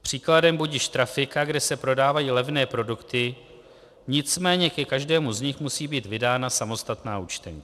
Příkladem budiž trafika, kde se prodávají levné produkty, nicméně ke každému z nich musí být vydána samostatná účtenka.